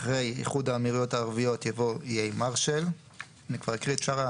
הראשונהאחרי "איחוד האמירויות הערביות" יבוא "איי מרשל" הצבעה